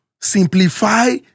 simplify